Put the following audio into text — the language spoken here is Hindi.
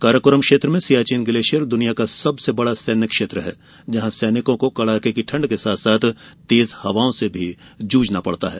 काराकोरम क्षेत्र में सियाचिन ग्लेशियर दुनिया का सबसे बड़ा सैन्य क्षेत्र है जहां सैनिकों को कड़ाके की ठंड के साथ तेज हवाओं से भी जूझना पड़ता है